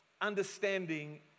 understanding